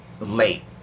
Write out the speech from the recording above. late